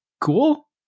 Cool